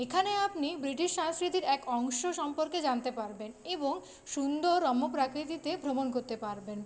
এখানে আপনি ব্রিটিশ সংস্কৃতির এক অংশ সম্পর্কে জানতে পারবেন এবং সুন্দর রম্য প্রাকৃতিতে ভ্রমণ করতে পারবেন